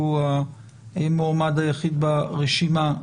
שהוא המועמד היחיד ברשימה,